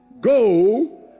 go